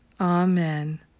Amen